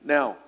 Now